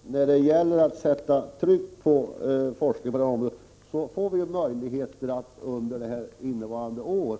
Herr talman! När det gäller att sätta tryck på forskarna på det här området får vi möjligheter att under innevarande år